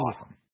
Awesome